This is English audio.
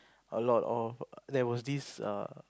a lot of there was this err